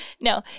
No